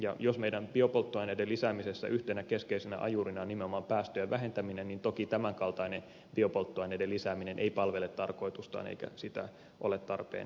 ja jos meillä biopolttoaineiden lisäämisessä on yhtenä keskeisenä ajurina nimenomaan päästöjen vähentäminen niin toki tämän kaltainen biopolttoaineiden lisääminen ei palvele tarkoitustaan eikä sitä ole tarpeen edistää